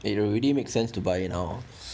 eh it already make sense to buy it now